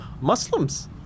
Muslims